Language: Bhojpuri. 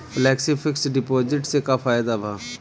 फेलेक्सी फिक्स डिपाँजिट से का फायदा भा?